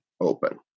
open